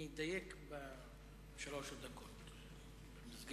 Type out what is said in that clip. אדוני היושב-ראש, חברי הכנסת,